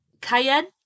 cayenne